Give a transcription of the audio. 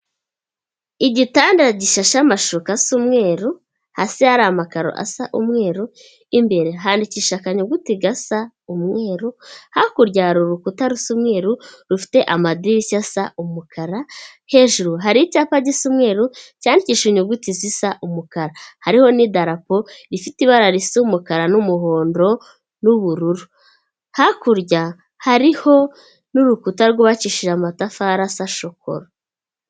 Igitanda gishashe amashuka asa umweru, hasi hari amakaro asa umweru, imbere handikishaje akanyuguti gasa umweru, hakurya hari urukuta rusa umweru, rufite amadirishya asa umukara, hejuru hari icyapa gisa umweru cyandikishije inyuguti zisa umukara, hariho n' idarapo rifite ibara risa umukara n'umuhondo n'ubururu, hakurya hariho n'urukuta rwubacishije amatafari asa shokora.